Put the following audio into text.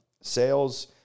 sales